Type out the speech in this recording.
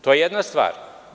To je jedna stvar.